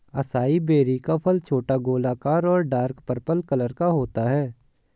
acai berry का फल छोटा, गोलाकार और डार्क पर्पल कलर का होता है